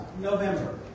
November